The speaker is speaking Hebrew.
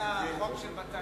נאומים של,